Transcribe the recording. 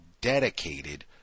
dedicated